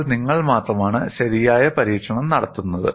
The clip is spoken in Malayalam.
അപ്പോൾ നിങ്ങൾ മാത്രമാണ് ശരിയായ പരീക്ഷണം നടത്തുന്നത്